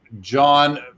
John